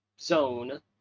zone